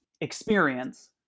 experience